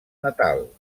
natal